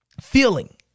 feeling